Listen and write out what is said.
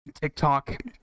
TikTok